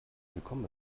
willkommen